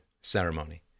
ceremony